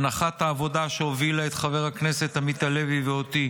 הנחת העבודה שהובילה את חבר הכנסת עמית הלוי ואותי